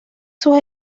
sus